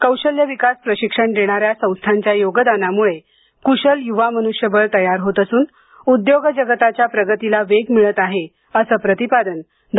कौशल्य विकास प्रशिक्षण देणाऱ्या संस्थांच्या योगदानामुळे कुशल युवा मनुष्यबळ तयार होत असून उद्योग जगताच्या प्रगतीला वेग मिळत आहे असं प्रतिपादन डॉ